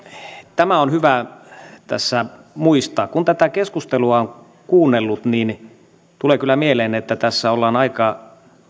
tämä on hyvä tässä muistaa kun tätä keskustelua on kuunnellut niin tulee kyllä mieleen että tässä aika